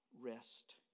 rest